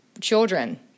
children